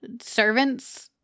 servants